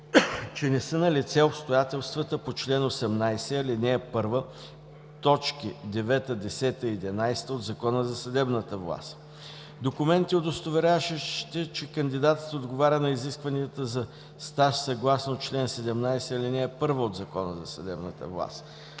че не са налице обстоятелствата по чл. 18, ал. 1, т. 9, 10 и 11 от Закона за съдебната власт; - документи, удостоверяващи, че кандидатът отговаря на изискванията за стаж съгласно чл. 17, ал. 1 от Закона за съдебната власт;